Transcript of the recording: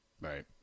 Right